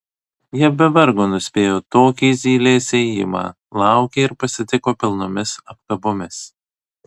jie be vargo nuspėjo tokį zylės ėjimą laukė ir pasitiko pilnomis apkabomis